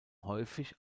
häufig